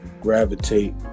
gravitate